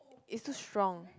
it's so strong